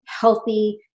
healthy